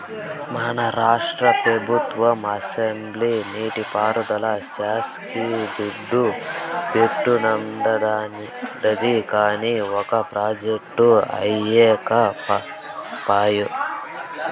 మన రాష్ట్ర పెబుత్వం అసెంబ్లీల నీటి పారుదల శాక్కి దుడ్డు పెట్టానండాది, కానీ ఒక ప్రాజెక్టు అవ్యకపాయె